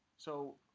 so